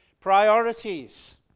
Priorities